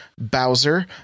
Bowser